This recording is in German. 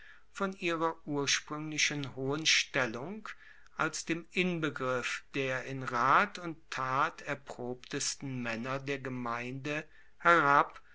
von ihrer urspruenglichen hohen stellung als dem inbegriff der in rat und tat erprobtesten maenner der gemeinde herab